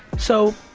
so,